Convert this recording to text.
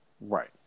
Right